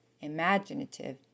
imaginative